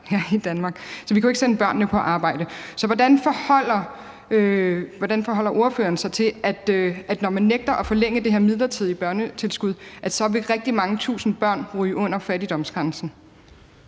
her i Danmark, så vi kan ikke sende børnene på arbejde. Så hvordan forholder ordføreren sig til, at når man nægter at forlænge det her midlertidige børnetilskud, vil rigtig mange tusind børn ryge under fattigdomsgrænsen?